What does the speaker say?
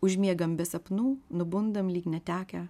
užmiegam be sapnų nubundam lyg netekę